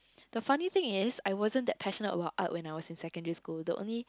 the funny thing is I wasn't that passionate about Art when I was in secondary school the only